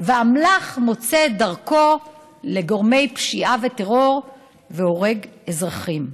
ואמל"ח מוצא את דרכו לגורמי פשיעה וטרור והורג אזרחים.